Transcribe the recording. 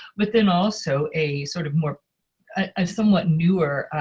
but then also, a sort of more a somewhat newer